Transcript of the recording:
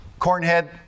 cornhead